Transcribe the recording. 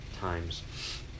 times